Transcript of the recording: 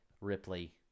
Ripley